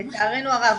לצערי הרב.